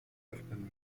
öffnen